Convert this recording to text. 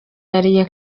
yariye